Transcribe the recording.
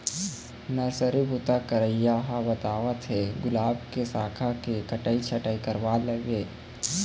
nursery बूता करइया ह बताय हे गुलाब के साखा के कटई छटई करवा लेबे